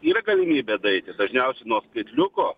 yra galimybė daeiti dažniausiai nuo skaitliuko